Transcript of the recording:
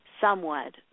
somewhat